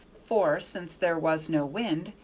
for, since there was no wind,